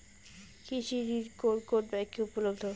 কৃষি ঋণ কোন কোন ব্যাংকে উপলব্ধ?